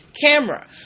camera